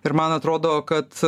ir man atrodo kad